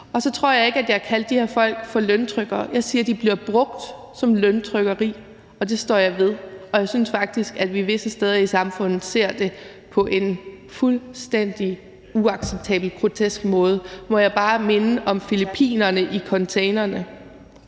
Så tror jeg ikke, at jeg kaldte de her folk for løntrykkere. Jeg siger, at de bliver brugt til løntrykkeri, og det står jeg ved. Og jeg synes faktisk, at vi visse steder i samfundet ser det på en fuldstændig uacceptabel, grotesk måde. Må jeg bare minde om filippinerne i containerne?